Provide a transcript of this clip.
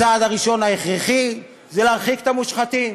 הצעד הראשון ההכרחי זה להרחיק את המושחתים.